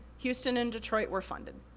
houston and detroit were funded.